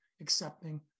accepting